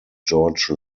george